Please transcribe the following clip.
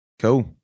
Cool